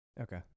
okay